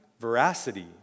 veracity